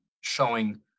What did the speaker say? showing